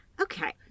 Okay